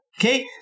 Okay